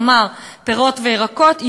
כלומר פירות וירקות,